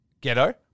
Ghetto